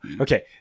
okay